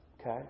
okay